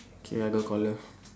okay I go call her